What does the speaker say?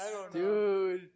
Dude